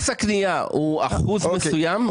מס הקנייה הוא אחוז מסוים?